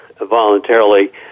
voluntarily